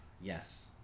Yes